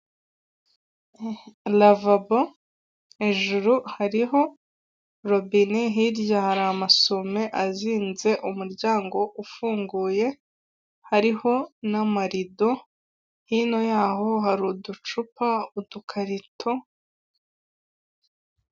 Aya n'ameza ari mu nzu, bigaragara ko aya meza ari ayokuriho arimo n'intebe nazo zibaje mu biti ariko aho bicarira hariho imisego.